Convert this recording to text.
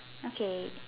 okay